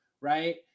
right